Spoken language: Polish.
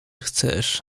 chcesz